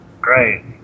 great